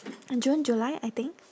june july I think